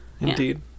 Indeed